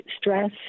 stress